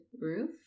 roof